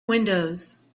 windows